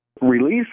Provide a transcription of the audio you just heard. Release